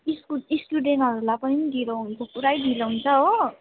school स्टुडेन्टहरूलाई पनि ढिलो हुन्छ पुरै ढिलो हुन्छ हो